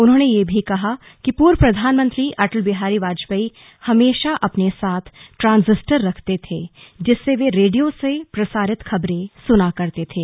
उन्होंने यह भी कहा कि पूर्व प्रधानमंत्री अटल बिहारी वाजपेयी हमेशा अपने साथ ट्रांजिस्टर रखते थे जिससे वे रेडियो से प्रसारित खबरे सुना करते थे